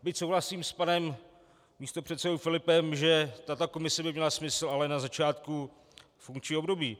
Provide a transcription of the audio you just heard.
Byť souhlasím s panem místopředsedou Filipem, že tato komise by měla smysl, ale na začátku funkčního období.